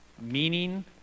meaning